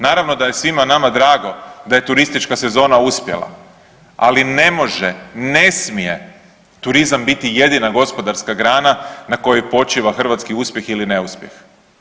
Naravno da je svima nama drago da je turistička sezona uspjela, ali ne može, ne smije turizam biti jedina gospodarska grana na kojoj počiva hrvatski uspjeh ili neuspjeh.